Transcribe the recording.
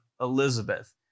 Elizabeth